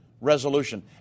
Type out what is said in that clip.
Resolution